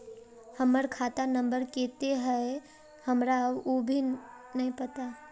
हमर खाता नम्बर केते है हमरा वो भी नहीं पता की आहाँ हमरा बता देतहिन?